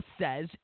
says